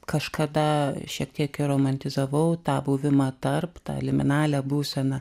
kažkada šiek tiek ir romantizavau tą buvimą tarp ta eliminavę būsena